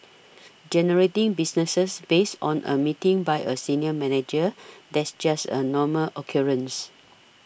generating businesses based on a meeting by a senior manager that's just a normal occurrence